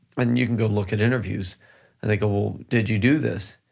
and and you can go look at interviews and they go, well, did you do this?